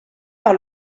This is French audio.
par